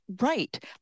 right